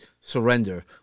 surrender